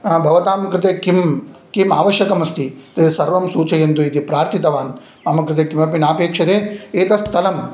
भवतां कृते किं किम् आवश्यकमस्ति तत् सर्वं सूचयन्तु इति प्रार्थितवान् मम कृते किमपि नापेक्षते एतत् स्थलं